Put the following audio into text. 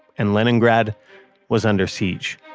and leningrad was under siege